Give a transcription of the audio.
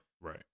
Right